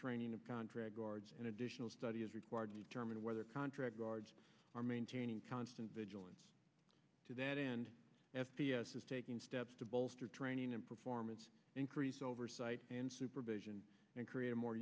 training of contract guards an additional study is required to determine whether contract guards are maintaining constant vigilance to that end f t s is taking steps to bolster training and performance increase oversight and supervision and create a more